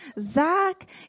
Zach